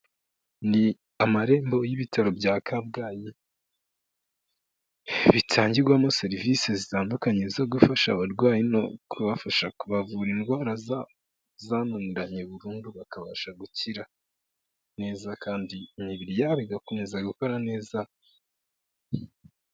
Ni amarembo y'ibitaro bya Kabgayi, bitangirwamo service zitandukanye zo gufasha abarwayi no kubafasha kubavura indwara zananiranye burundu bakabasha gukira neza, kandi imibiriri yabo igakomeza gukora neza...